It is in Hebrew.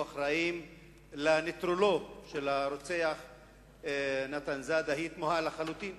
אחראים לנטרולו של הרוצח נתן זאדה תמוהה לחלוטין,